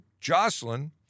Jocelyn